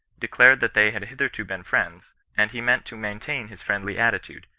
declared that they had hitherto been friends, and he meant to maintain his friendly attitude,